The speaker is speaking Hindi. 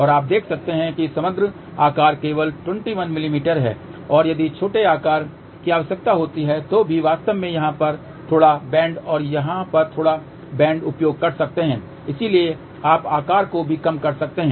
अब आप देख सकते हैं कि समग्र आकार केवल 21 मिमी है और यदि छोटे आकार की आवश्यकता होती है तो भी वास्तव में यहां पर थोड़ा बेंड और वहां पर थोड़ा बेंड उपयोग कर सकते हैं इसलिए आप आकार को भी कम कर सकते हैं